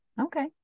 okay